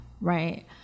Right